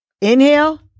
inhale